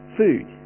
food